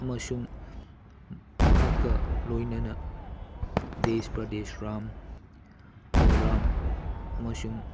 ꯑꯃꯁꯨꯡ ꯃꯍꯥꯛꯀ ꯂꯣꯏꯅꯅ ꯗꯦꯁ ꯄ꯭ꯔꯗꯦꯁꯔꯥꯝ ꯕꯜꯔꯥꯝ ꯑꯃꯁꯨꯡ